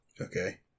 Okay